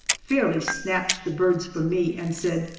fairly snatched the birds from me and said,